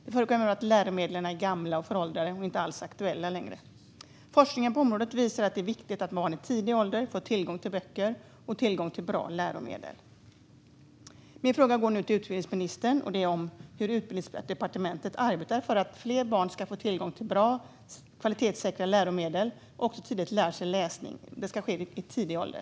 Det förekommer att läromedel är gamla, föråldrade och inaktuella. Forskningen på området visar att det är viktigt att barn i tidig ålder får tillgång till böcker och bra läromedel. Hur arbetar Utbildningsdepartementet för att fler barn ska få tillgång till bra, kvalitetssäkra läromedel och läsning vid tidig ålder?